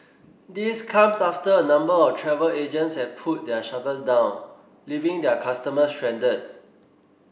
this comes after a number of travel agents have pulled their shutters down leaving their customers stranded